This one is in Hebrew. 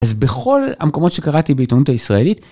אז בכל המקומות שקראתי בעיתונות הישראלית.